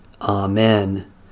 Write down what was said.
Amen